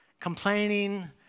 complaining